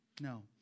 No